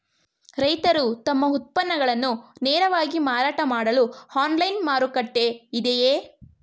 ರೈತರು ತಮ್ಮ ಉತ್ಪನ್ನಗಳನ್ನು ನೇರವಾಗಿ ಮಾರಾಟ ಮಾಡಲು ಆನ್ಲೈನ್ ಮಾರುಕಟ್ಟೆ ಇದೆಯೇ?